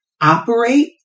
operate